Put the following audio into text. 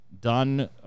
done